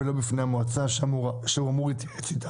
ולא בפני המועצה שהוא אמור להתייעץ איתה?